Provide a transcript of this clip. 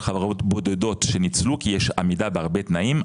חברות בודדות שניצלו כי יש עמידה בהרבה תנאים,